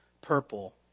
purple